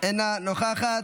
אינה נוכחת.